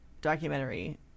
documentary